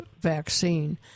vaccine